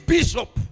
Bishop